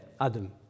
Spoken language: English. Adam